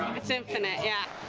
it's infinite, yeah.